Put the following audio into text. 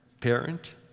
parent